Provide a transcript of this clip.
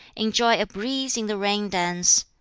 enjoy a breeze in the rain-dance,